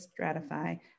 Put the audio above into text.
stratify